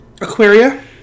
Aquaria